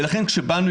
ולכן כשבאנו,